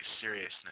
seriousness